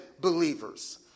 believers